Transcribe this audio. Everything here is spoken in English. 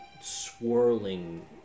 swirling